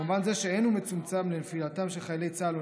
במובן זה שאין הוא מצומצם לנפילתם של חיילי צה"ל או